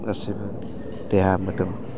गासिबो देहा मोदोम